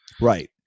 Right